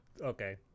Okay